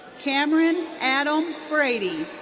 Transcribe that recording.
cameron adam brady.